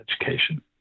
education